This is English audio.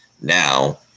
now